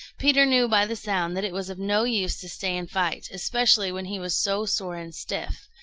peter knew by the sound that it was of no use to stay and fight, especially when he was so sore and stiff.